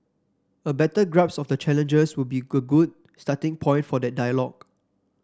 a better grasp of the challenges will be good good starting point for that dialogue